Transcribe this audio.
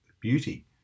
beauty